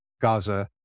Gaza